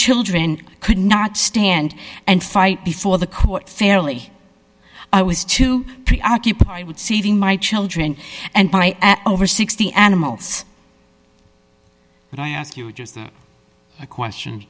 children could not stand and fight before the court fairly i was too preoccupied with saving my children and my over sixty animals and i asked you a question